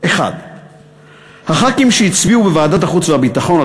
1. חברי הכנסת שהצביעו בוועדת החוץ והביטחון על